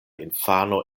infano